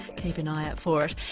keep an eye out for it.